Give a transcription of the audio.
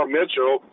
Mitchell